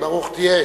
ברוך תהיה.